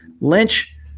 Lynch